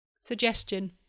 Suggestion